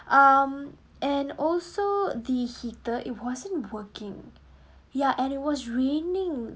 um and also the heater it wasn't working ya and it was raining